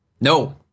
No